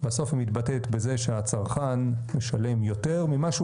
בסוף היא מתבטאת בזה שהצרכן משלם יותר ממה שהוא